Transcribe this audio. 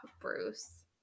Bruce